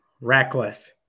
reckless